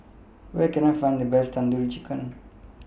Where Can I Find The Best Tandoori Chicken